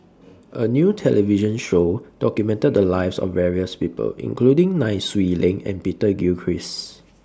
A New television Show documented The Lives of various People including Nai Swee Leng and Peter Gilchrist